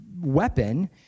weapon